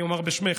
אני אומר בשמך,